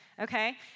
Okay